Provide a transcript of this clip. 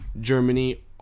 Germany